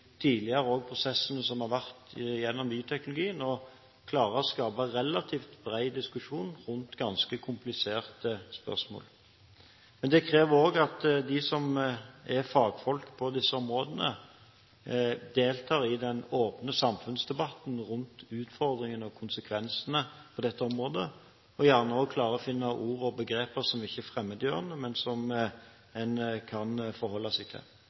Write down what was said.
tidligere prosessene som har vært innen bioteknologien, og at vi klarer å skape en relativt bred diskusjon rundt ganske kompliserte spørsmål. Men det krever at fagfolk på disse områdene deltar i den åpne samfunnsdebatten rundt utfordringene og konsekvensene på dette området, og gjerne også klarer å finne ord og begreper som ikke er fremmedgjørende, men som en kan forholde seg til.